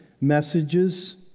messages